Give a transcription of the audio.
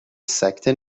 سکته